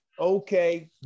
Okay